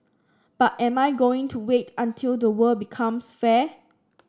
but am I going to wait until the world becomes fair